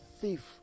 thief